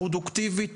פרודוקטיבית,